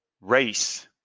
race